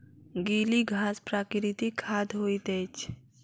गीली घास प्राकृतिक खाद होइत अछि